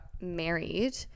married